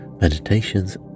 meditations